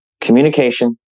communication